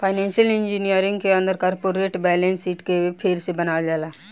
financial engineering के अंदर corporate balance sheet के फेर से बनावल जाला